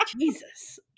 Jesus